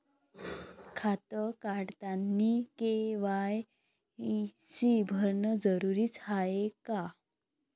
खातं काढतानी के.वाय.सी भरनं जरुरीच हाय का?